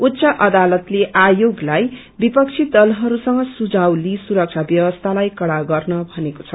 उच्च अदालतले आयोगलाई विपक्षी दलहरूतंग सुझाव लिई सुरक्षा व्यवस्थालाइ कडा गर्न भनेको छ